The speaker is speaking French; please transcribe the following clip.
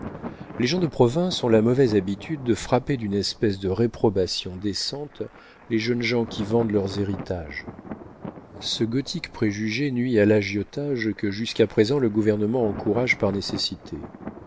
les gens de province ont la mauvaise habitude de frapper d'une espèce de réprobation décente les jeunes gens qui vendent leurs héritages ce gothique préjugé nuit à l'agiotage que jusqu'à présent le gouvernement encourage par nécessité